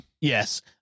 Yes